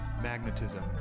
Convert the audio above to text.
magnetism